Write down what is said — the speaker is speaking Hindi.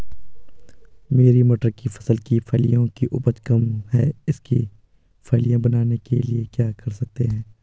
मेरी मटर की फसल की फलियों की उपज कम है इसके फलियां बनने के लिए क्या कर सकते हैं?